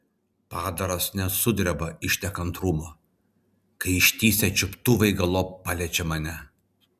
padaras net sudreba iš nekantrumo kai ištįsę čiuptuvai galop paliečia mane